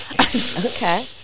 okay